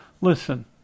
listen